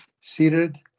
Seated